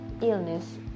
illness